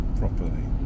properly